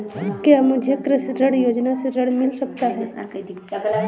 क्या मुझे कृषि ऋण योजना से ऋण मिल सकता है?